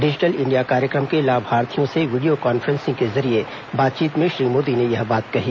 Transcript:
digital India कार्यक्रम के लाभार्थियों से वीडियो कॉन्फ्रेंसिंग के जरिये बातचीत में श्री मोदी ने यह बात कही